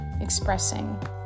expressing